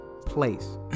place